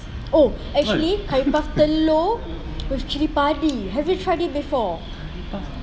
oh actually curry puff telur with cili padi have you tried it before